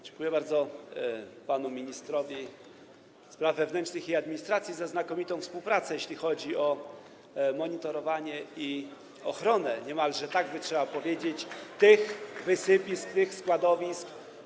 Dziękuję bardzo panu ministrowi spraw wewnętrznych i administracji za znakomitą współpracę, jeśli chodzi o monitorowanie i niemalże ochronę, tak trzeba by powiedzieć, tych wysypisk, tych składowisk.